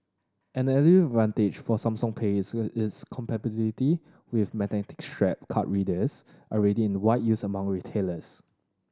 an early advantage for Samsung Pay is its compatibility with magnetic stripe card readers already in wide use among retailers